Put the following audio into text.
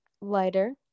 lighter